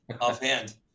offhand